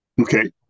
Okay